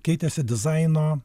keitėsi dizaino